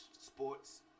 sports